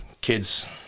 kids